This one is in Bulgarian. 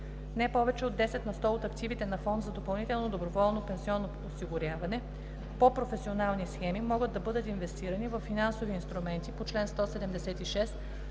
пенсионно осигуряване, съответно на фонд за допълнително доброволно пенсионно осигуряване по професионални схеми, могат да бъдат инвестирани във финансови инструменти по чл. 176,